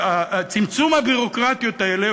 צמצום הביורוקרטיות האלה?